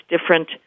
different